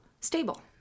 stable